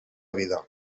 vida